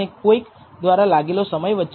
18 ઉપલા ક્રિટિકલ મૂલ્યો 2